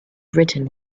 written